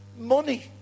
money